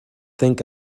think